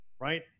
right